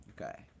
Okay